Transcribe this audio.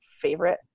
favorite